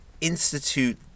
institute